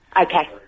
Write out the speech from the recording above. Okay